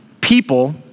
people